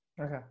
Okay